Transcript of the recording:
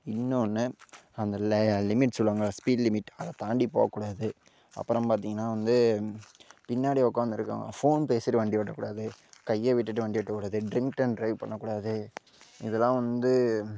இன்னொன்னு அந்த லிமிட் சொல்லுவாங்கள்ல ஸ்பீட் லிமிட் அதை தாண்டி போகக்கூடாது அப்புறம் பார்த்திங்கன்னா வந்து பின்னாடி உக்காந்திருக்கவங்க ஃபோன் பேசிட்டு வண்டி ஓட்டக்கூடாது கையை விட்டுவிட்டு வண்டி ஓட்டக்கூடாது ட்ரிங்க் அண்ட் ட்ரைவ் பண்ணக்கூடாது இதலாம் வந்து